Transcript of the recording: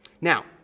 now